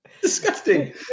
disgusting